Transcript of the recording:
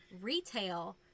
retail